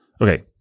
Okay